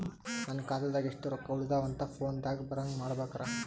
ನನ್ನ ಖಾತಾದಾಗ ಎಷ್ಟ ರೊಕ್ಕ ಉಳದಾವ ಅಂತ ಫೋನ ದಾಗ ಬರಂಗ ಮಾಡ ಬೇಕ್ರಾ?